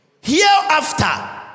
Hereafter